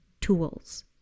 tools